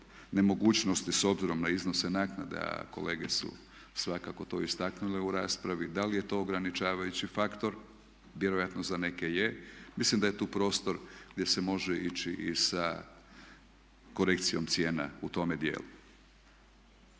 nemogućnosti s obzirom na iznose naknade a kolege su svakako to istaknule u raspravi, da li je to ograničavajući faktor, vjerojatno za neke je. Mislim da je tu prostor gdje se može ići i sa korekcijom cijena u tome dijelu.